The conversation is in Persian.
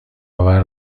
آور